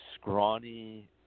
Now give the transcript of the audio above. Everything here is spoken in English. scrawny